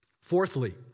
fourthly